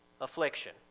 affliction